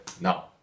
now